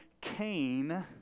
Cain